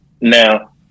Now